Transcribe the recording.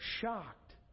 shocked